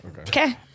Okay